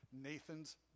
Nathan's